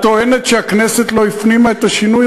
את טוענת שהכנסת עדיין לא הפנימה את השינוי?